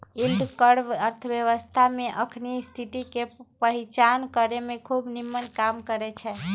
yield curve अर्थव्यवस्था के अखनी स्थिति के पहीचान करेमें खूब निम्मन काम करै छै